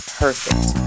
perfect